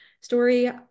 story